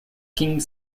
king